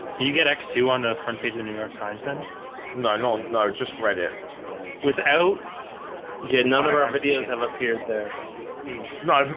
you get x two on the front page of the new york times then no no no just read it without get none of our videos have appeared there no,